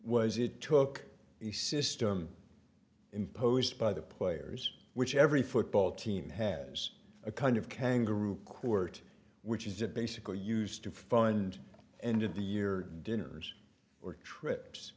was it took the system imposed by the players which every football team has a kind of kangaroo court which is it basically used to fund end of the year dinners or trips